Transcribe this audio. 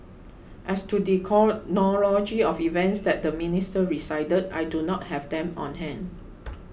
as to the chronology of events that the minister recited I do not have them on hand